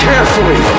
Carefully